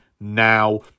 Now